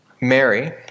Mary